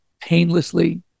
painlessly